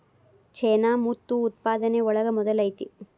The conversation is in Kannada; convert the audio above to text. ಚೇನಾ ಮುತ್ತು ಉತ್ಪಾದನೆ ಒಳಗ ಮೊದಲ ಐತಿ